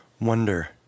Wonder